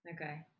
Okay